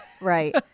Right